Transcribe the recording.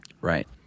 Right